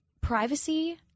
privacy